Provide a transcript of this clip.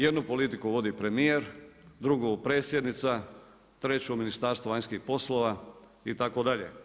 Jednu politiku vodi premijer, drugu predsjednica, treću Ministarstvo vanjskih poslova itd.